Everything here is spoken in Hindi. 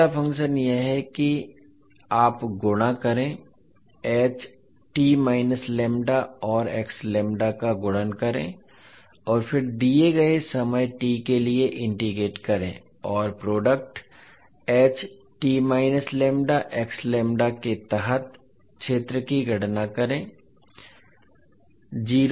अब अगला फंक्शन यह है कि आप गुणा करें और का गुणन करें और फिर दिए गए समय t के लिए इंटेग्रेट करें और प्रोडक्ट के तहत क्षेत्र की गणना करें